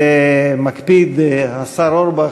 ומקפיד השר אורבך,